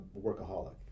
workaholic